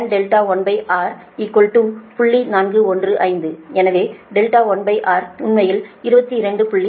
415 எனவே R1 உண்மையில் 22